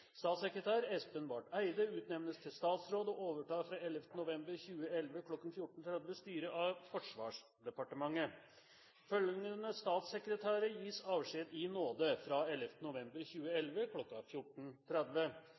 Statssekretær Espen Barth Eide utnevnes til statsråd og overtar fra 11. november 2011 klokken 14.30 styret av Forsvarsdepartementet. Følgende statssekretærer gis avskjed i nåde fra 11. november